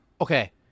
Okay